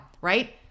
Right